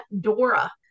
Dora